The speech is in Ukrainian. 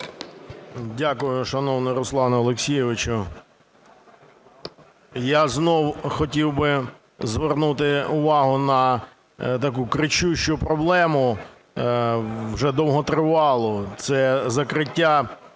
Дякую, шановний Руслане Олексійовичу. Я знову хотів би звернути увагу на таку кричущу проблему, вже довготривалу, це закриття